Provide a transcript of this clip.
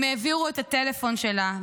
הם העבירו את הטלפון שלה,